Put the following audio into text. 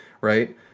right